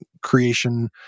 creation